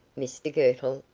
mr girtle,